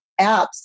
apps